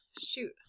shoot